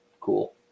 cool